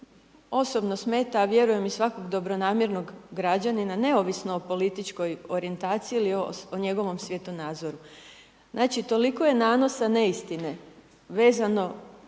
osobno smeta, a vjerujem i svakog dobronamjernog građanina, neovisno o političkoj orijentaciji ili o njegovom svjetonazoru, znači, toliko je nanosa neistine vezano